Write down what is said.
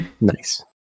nice